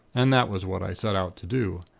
and that was what i set out to do.